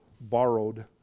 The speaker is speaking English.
borrowed